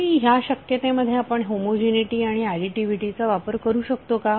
तरी ह्या शक्यतेमध्ये आपण होमोजिनीटी आणि ऍडीटीव्हीटी वापरू शकतो का